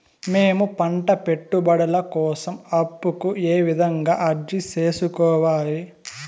మేము పంట పెట్టుబడుల కోసం అప్పు కు ఏ విధంగా అర్జీ సేసుకోవాలి?